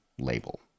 label